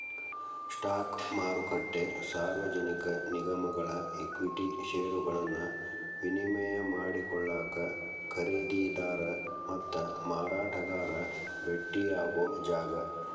stock ಮಾರುಕಟ್ಟೆ ಸಾರ್ವಜನಿಕ ನಿಗಮಗಳ ಈಕ್ವಿಟಿ ಷೇರುಗಳನ್ನ ವಿನಿಮಯ ಮಾಡಿಕೊಳ್ಳಾಕ ಖರೇದಿದಾರ ಮತ್ತ ಮಾರಾಟಗಾರ ಭೆಟ್ಟಿಯಾಗೊ ಜಾಗ